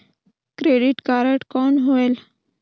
Credit card कौन होएल?